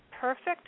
perfect